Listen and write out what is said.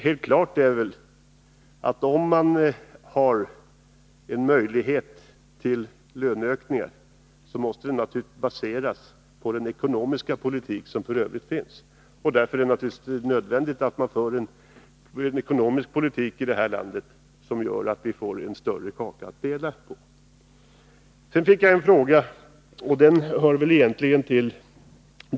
Helt klart är väl att möjligheten till löneökningar måste baseras på den ekonomiska politik som förs. Därför är det nödvändigt att föra en ekonomisk politik i det här landet som gör att vi får en större kaka att dela på.